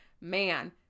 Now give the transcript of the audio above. Man